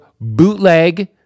bootleg